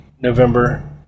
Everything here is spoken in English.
November